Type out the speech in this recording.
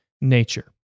nature